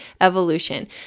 evolution